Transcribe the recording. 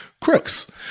crooks